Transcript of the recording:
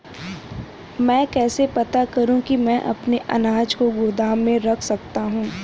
मैं कैसे पता करूँ कि मैं अपने अनाज को गोदाम में रख सकता हूँ?